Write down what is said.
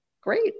great